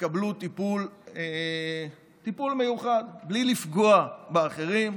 יקבלו טיפול מיוחד, בלי לפגוע באחרים,